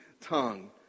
tongue